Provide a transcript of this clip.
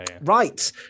right